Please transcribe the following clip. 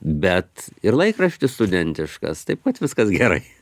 bet ir laikraštis studentiškas taip pat viskas gerai